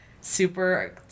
super